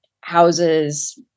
houses